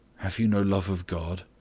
have you no love of god?